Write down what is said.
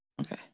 Okay